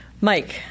Mike